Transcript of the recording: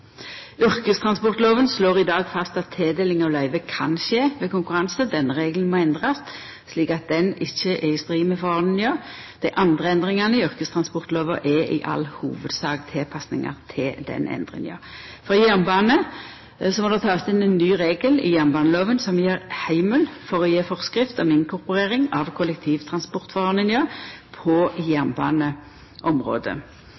slår i dag fast at tildeling av løyve kan skje ved konkurranse. Denne regelen må endrast, slik at han ikkje er i strid med forordninga. Dei andre endringane i yrkestransportlova er i all hovudsak tilpassingar til den endringa. For jernbane må det takast inn ein ny regel i jernbanelova, som gjev heimel for å gje forskrift om inkorporering av kollektivtransportordninga på jernbaneområdet. På